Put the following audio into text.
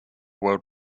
world